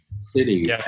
city